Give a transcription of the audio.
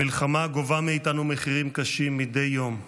המלחמה גובה מאיתנו מחירים קשים מדי יום,